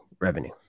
revenue